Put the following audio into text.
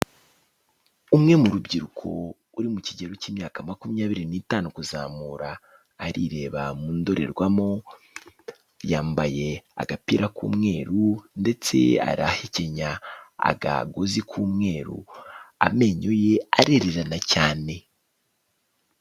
Umwe mu rubyiruko uri mu kigero k'imyaka makumyabiri n'itanu kuzamura, arireba mu ndorerwamo yambaye agapira k'umweru ndetse arahekenya agagozi k'umweru, amenyo ye arirererana cyane.